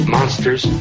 Monsters